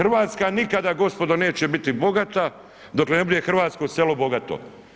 RH nikada gospodo neće biti bogata dokle ne bude hrvatsko selo bogato.